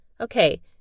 Okay